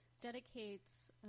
dedicates